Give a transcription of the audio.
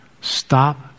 Stop